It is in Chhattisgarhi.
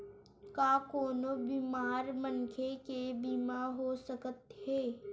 का कोनो बीमार मनखे के बीमा हो सकत हे?